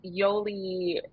Yoli